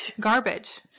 garbage